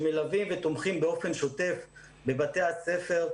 שמלווים ותומכים באופן שוטף בבתי הספר,